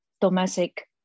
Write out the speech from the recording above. domestic